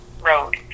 Road